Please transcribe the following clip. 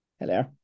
Hello